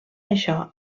això